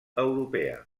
europea